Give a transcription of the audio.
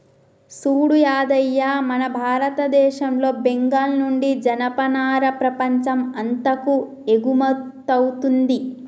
సూడు యాదయ్య మన భారతదేశంలో బెంగాల్ నుండి జనపనార ప్రపంచం అంతాకు ఎగుమతౌతుంది